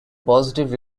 positive